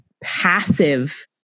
passive